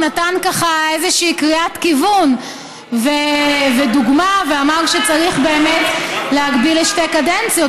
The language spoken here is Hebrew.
נתן קריאת כיוון ודוגמה ואמר שצריך באמת להגביל לשתי קדנציות,